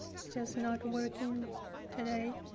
it's just not working today.